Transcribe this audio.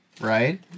right